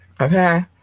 Okay